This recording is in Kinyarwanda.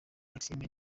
maxime